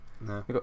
No